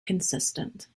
consistent